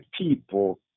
people